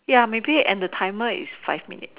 ya maybe and the timer is five minutes